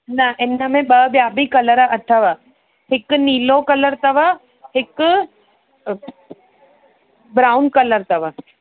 न इन में ॿ ॿिया बि कलर अथव हिकु नीलो कलर अथव हिकु ब्राउन कलर अथव